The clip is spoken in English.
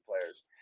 players